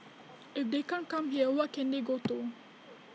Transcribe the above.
if they can't come here what can they go to